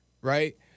Right